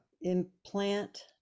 implant